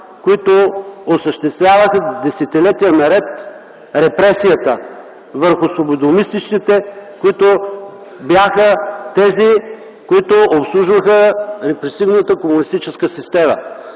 които осъществяваха десетилетия наред репресията върху свободомислещите и бяха тези, които обслужваха репресивната комунистическа система.